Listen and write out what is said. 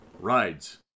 Rides